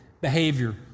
behavior